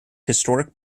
historic